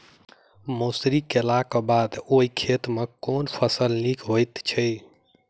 मसूरी केलाक बाद ओई खेत मे केँ फसल नीक होइत छै?